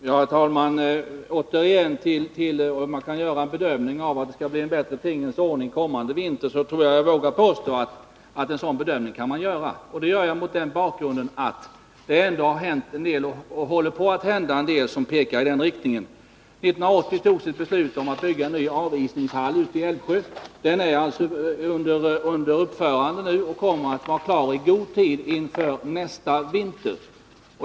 Herr talman! När det återigen gäller frågan om huruvida man kan göra en bedömning av om det blir en bättre tingens ordning kommande vinter, så tror jag mig våga påstå att man kan göra en sådan bedömning. Jag säger detta mot bakgrund av att det ändå hänt en del och håller på att hända en del som pekar i den riktningen. 1980 togs beslut om att bygga en ny avisningshall ute i Älvsjö. Den är nu under uppförande och kommer att vara klar i god tid inför nästa vinter.